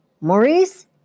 Maurice